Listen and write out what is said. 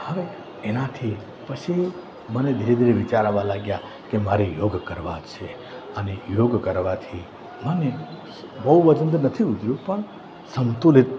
હવે એનાથી પછી મને ધીરે ધીરે વિચાર આવવા લાગ્યા કે મારે યોગ કરવા છે અને યોગ કરવાથી મને બહુ વજન તો નથી ઉતર્યું પણ સંતુલિત